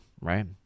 right